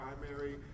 primary